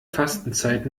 fastenzeit